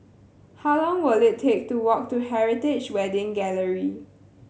how long will it take to walk to Heritage Wedding Gallery